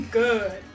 good